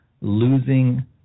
losing